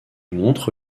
montre